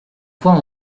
quoi